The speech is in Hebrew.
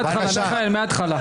מיכאל, מהתחלה.